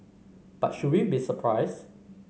but should we be surprised